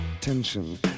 Tension